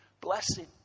blessing